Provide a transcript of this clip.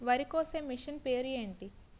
వరి కోసే మిషన్ పేరు ఏంటి